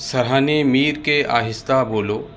سرہانے میر کے آہستہ بولو